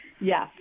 Yes